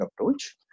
approach